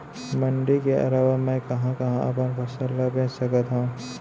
मण्डी के अलावा मैं कहाँ कहाँ अपन फसल ला बेच सकत हँव?